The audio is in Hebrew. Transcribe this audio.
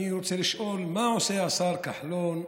אני רוצה לשאול: מה עושה השר כחלון,